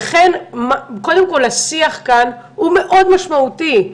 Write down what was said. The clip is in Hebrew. ולכן, קודם כל, השיח כאן, הוא מאוד משמעותי,